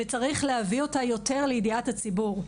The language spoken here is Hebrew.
וצריך להביא אוותה יותר לידיעת הציבור.